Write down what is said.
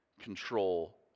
control